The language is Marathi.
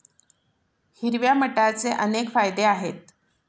हिरव्या मटारचे अनेक फायदे आहेत